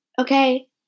Okay